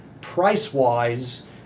price-wise